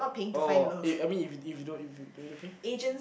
oh eh I mean if you if you don't if you don't even pay